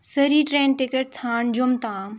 سٔری ٹرٛینہِ ٹِکَٹ ژھانٛڈ جوٚم تام